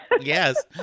Yes